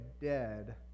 dead